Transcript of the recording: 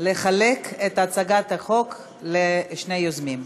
לחלק את הצגת החוק לשני יוזמים.